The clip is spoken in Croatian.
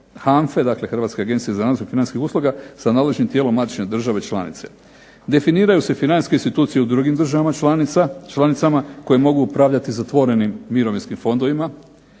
HANFA-e, dakle Hrvatske agencije za nadzor financijskih usluga sa nadležnim tijelom matične države članice. Definiraju se financijske institucije u drugim državama članicama koje mogu upravljati zatvorenim mirovijnskim fondovima,